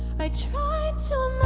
i tried so